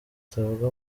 atavuga